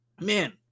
Man